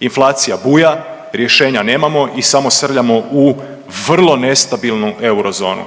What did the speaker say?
inflacija buja, rješenja nemamo i samo srljamo u vrlo nestabilnu eurozonu.